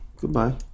Goodbye